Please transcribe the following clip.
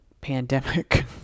pandemic